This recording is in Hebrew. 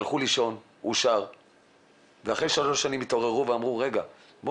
הלכו לישון ואחרי 3 שנים התעוררו ואז מגלים